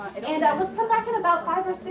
and we'll come back in about five or six,